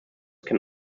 can